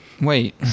Wait